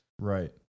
Right